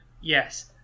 Yes